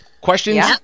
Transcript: Questions